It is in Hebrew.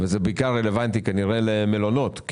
זה רלוונטי בעיקר למלונות,